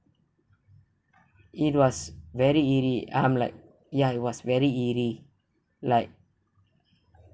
it was very eerie I'm like ya it was very eerie like